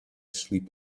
sleep